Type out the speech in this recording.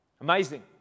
Amazing